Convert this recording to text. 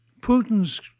Putin's